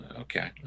Okay